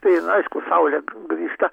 tai aišku saulė grįžta